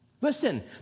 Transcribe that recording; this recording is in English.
Listen